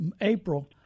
April